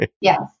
Yes